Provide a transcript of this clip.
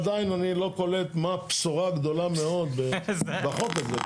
אני עדיין לא מבין מה הבשורה הגדולה מאוד בחוק הזה.